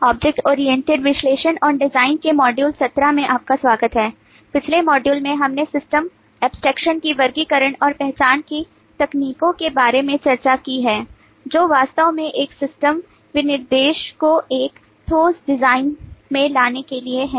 object oriented में लाने के लिए है